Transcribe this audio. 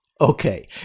Okay